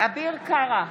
אביר קארה,